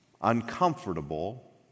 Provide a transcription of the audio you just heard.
Uncomfortable